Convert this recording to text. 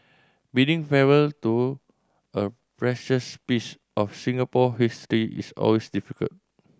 bidding farewell to a precious piece of Singapore history is always difficult